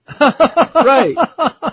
Right